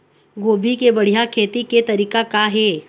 गोभी के बढ़िया खेती के तरीका का हे?